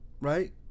Right